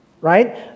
right